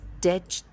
dead